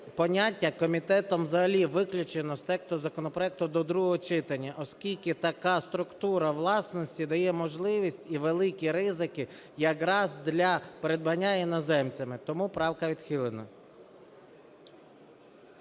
поняття комітетом взагалі виключено з тексту законопроекту до другого читання, оскільки така структура власності дає можливість і великі ризики якраз для придбання іноземцями, тому правка відхилена.